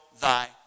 thy